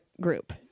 group